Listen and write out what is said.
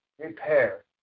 repair